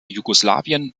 jugoslawien